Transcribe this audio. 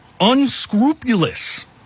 Unscrupulous